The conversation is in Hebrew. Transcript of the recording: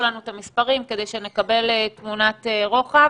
לנו את המספרים כדי שנקבל תמונת רוחב.